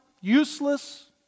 useless